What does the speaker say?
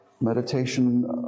meditation